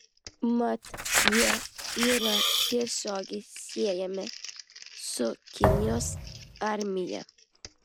mat jie yra tiesiogiai siejami su kinijos armija